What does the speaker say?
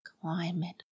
climate